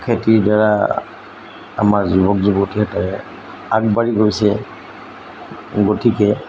খেতিৰ দ্বাৰা আমাৰ যুৱক যুৱতীহঁতে আগবাঢ়ি গৈছে গতিকে